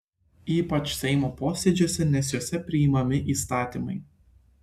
ypač seimo posėdžiuose nes juose priimami įstatymai